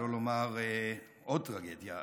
שלא לומר עוד טרגדיה,